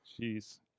Jeez